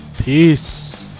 Peace